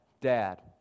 dad